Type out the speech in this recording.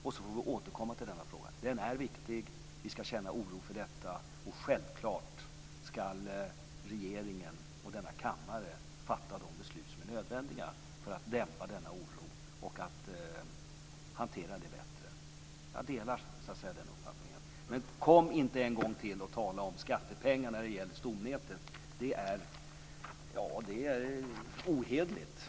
Sedan får vi återkomma till denna fråga. Den är viktig. Vi ska känna oro för det. Regeringen och kammaren ska självfallet fatta de beslut som är nödvändiga för att dämpa denna oro och för att hantera den bättre. Jag delar den uppfattningen. Men kom inte en gång till och tala om skattepengar när det gäller stomnätet. Det är ohederligt.